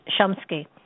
Shumsky